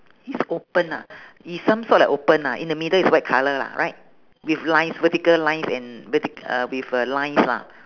is open ah is some sort like open lah in the middle is white colour lah right with lines vertical lines and vertic~ uh with uh lines lah